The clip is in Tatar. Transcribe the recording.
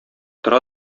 тора